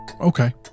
Okay